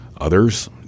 Others –